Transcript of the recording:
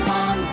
on